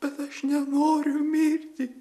bet aš nenoriu mirti